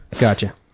Gotcha